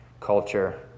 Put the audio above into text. culture